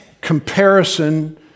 comparison